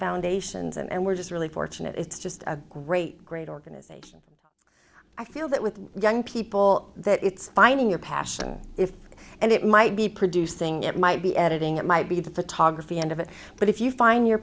foundations and we're just really fortunate it's just a great great organization i feel that with young people it's finding your passion and it might be producing might be editing it might be the photography end of it but if you find your